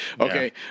Okay